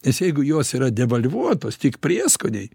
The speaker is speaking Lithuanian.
nes jeigu jos yra devalvuotos tik prieskoniai